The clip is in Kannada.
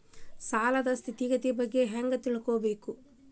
ಸಾಲದ್ ಸ್ಥಿತಿಗತಿ ಬಗ್ಗೆ ಹೆಂಗ್ ತಿಳ್ಕೊಬೇಕು?